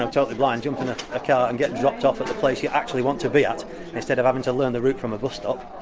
um totally blind, jump in a car and get dropped off at the place you actually want to be at instead of having to learn the route from a bus stop,